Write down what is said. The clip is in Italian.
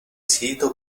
sito